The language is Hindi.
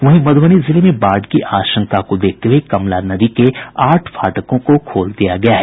वहीं मध्रबनी जिले में बाढ़ की आशंका को देखते हुए कमला नदी के आठ फाटकों को खोल दिया गया है